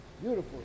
Beautiful